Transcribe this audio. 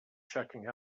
checking